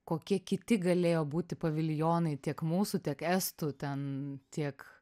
kokie kiti galėjo būti paviljonai tiek mūsų tiek estų ten tiek